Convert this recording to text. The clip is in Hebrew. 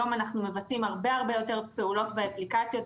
היום אנחנו מבצעים הרבה יותר פעולות באפליקציות,